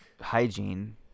Hygiene